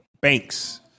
banks